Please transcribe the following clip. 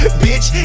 bitch